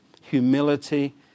humility